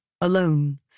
alone